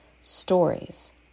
stories